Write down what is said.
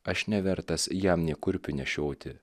aš nevertas jam nė kurpių nešioti